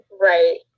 Right